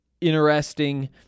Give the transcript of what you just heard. interesting